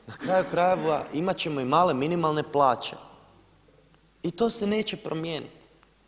Na kraju krajeva imat ćemo i male minimalne plaće i to se neće promijeniti.